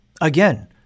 Again